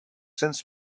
since